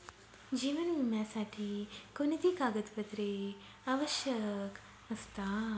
जीवन विम्यासाठी कोणती कागदपत्रे आवश्यक असतात?